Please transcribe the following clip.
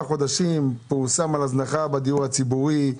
חודשים פורסם על הזנחה בדיור הציבורי.